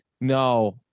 No